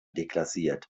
deklassiert